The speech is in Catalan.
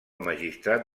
magistrat